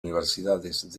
universidades